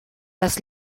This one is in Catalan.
les